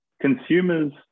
consumers